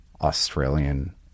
Australian